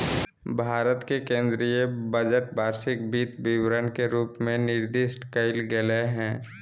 भारत के केन्द्रीय बजट वार्षिक वित्त विवरण के रूप में निर्दिष्ट कइल गेलय हइ